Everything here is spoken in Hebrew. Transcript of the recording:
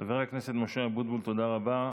חבר הכנסת משה אבוטבול, תודה רבה.